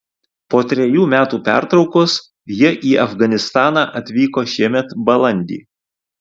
po trejų metų pertraukos jie į afganistaną atvyko šiemet balandį